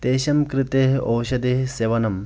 तेषां कृतेः औषधेः सेवनं